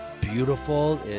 beautiful